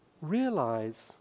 realize